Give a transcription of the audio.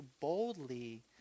boldly